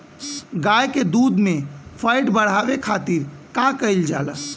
गाय के दूध में फैट बढ़ावे खातिर का कइल जाला?